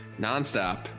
nonstop